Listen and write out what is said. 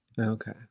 okay